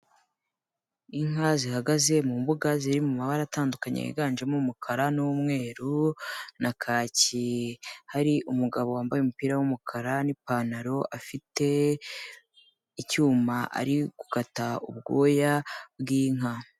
Inka zihagaze mu mbuga ziri mu mabara atandukanye yiganjemo umukara n'umweru na kaki. Hari umugabo wambaye umupira w'umukara n'ipantaro, afite icyuma, ari gukata ubwoya bw'inka.